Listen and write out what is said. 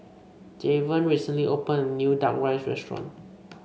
Javen recently opened a new Duck Rice Restaurant